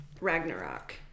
Ragnarok